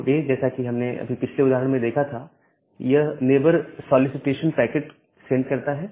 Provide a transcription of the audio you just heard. node A जैसा कि हमने अभी पिछले उदाहरण में देखा यह नेबर सॉलीसिटेशन पैकेट सेंड करता है